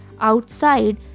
outside